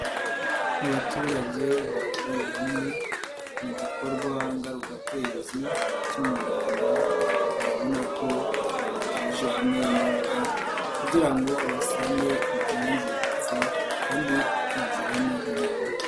Abaturage bahuriye hamwe mu gikorwa ngarukakwezi cy'umuganda, urabona ko bahurije hamwe imbaraga kugira ngo basane ibyangiritse kandi bagirane inama.